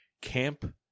Camp